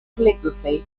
calligraphy